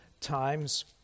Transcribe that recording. times